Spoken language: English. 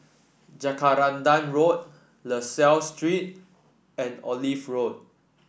Jacaranda Road La Salle Street and Olive Road